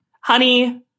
Honey